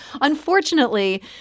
Unfortunately